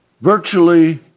virtually